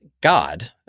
God